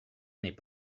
n’est